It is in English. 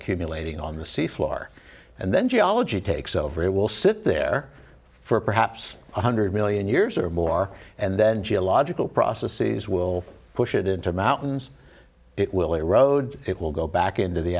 accumulating on the sea floor and then geology takes over it will sit there for perhaps one hundred million years or more and then geological processes will push it into mountains it will erode it will go back into the